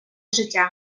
життя